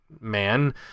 man